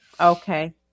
okay